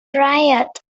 riot